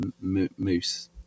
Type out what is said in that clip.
moose